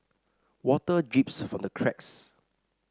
water drips from the cracks